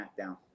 SmackDown